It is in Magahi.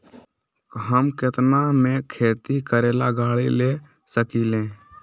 हम केतना में खेती करेला गाड़ी ले सकींले?